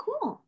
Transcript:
Cool